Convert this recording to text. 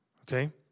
okay